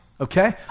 okay